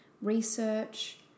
research